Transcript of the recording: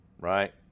right